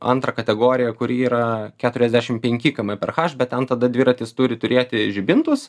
antrą kategoriją kur yra keturiasdešim penki km per h bet ten tada dviratis turi turėti žibintus